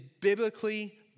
biblically